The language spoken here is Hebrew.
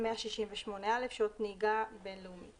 "שעות נהיגה בין- לאומית